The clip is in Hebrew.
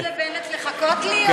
להגיד לבנט לחכות לי?